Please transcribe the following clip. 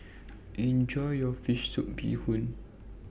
Enjoy your Fish Soup Bee Hoon